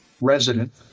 resident